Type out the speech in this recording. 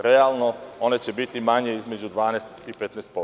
Realno, one će biti manje između 12% i 15%